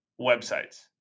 websites